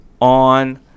on